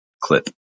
CLIP